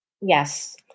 Yes